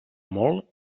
molt